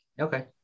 Okay